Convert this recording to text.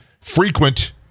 frequent